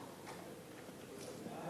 בעד,